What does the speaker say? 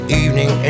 evening